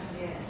Yes